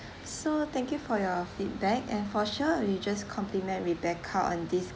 so thank you for your feedback and for sure we just compliment rebecca on this